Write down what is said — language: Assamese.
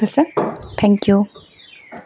ঠিক আছে থ্যেংক ইউ